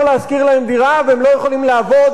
להשכיר להם דירה והם לא יכולים לעבוד?